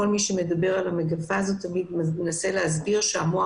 כל מי שמדבר על המגפה מנסה להסביר שהמוח